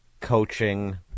coaching